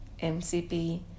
MCP